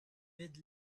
with